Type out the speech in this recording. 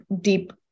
deep